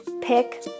pick